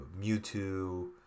Mewtwo